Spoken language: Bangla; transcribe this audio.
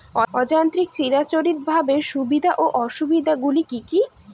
অযান্ত্রিক চিরাচরিতভাবে সুবিধা ও অসুবিধা গুলি কি কি?